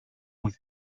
with